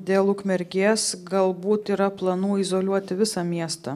dėl ukmergės galbūt yra planų izoliuoti visą miestą